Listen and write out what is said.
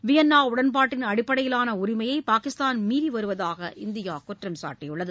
Vienna உடன்பாட்டின் அடிப்படையிலான உரிமையை பாகிஸ்தான் மீறி வருவதாக இந்தியா குற்றம் சாட்டியுள்ளது